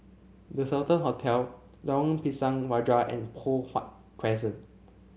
The Sultan Hotel Lorong Pisang Raja and Poh Huat Crescent